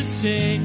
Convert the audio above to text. say